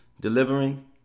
delivering